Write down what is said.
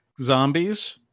zombies